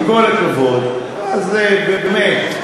אז, באמת.